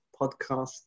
podcast